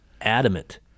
adamant